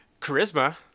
charisma